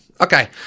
Okay